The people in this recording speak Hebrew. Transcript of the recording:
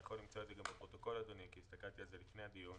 אני יכול למצוא את זה בפרוטוקול כי הסתכלתי על זה לפני הדיון.